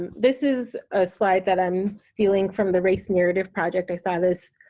um this is a slide that i'm stealing from the race narrative project, i saw this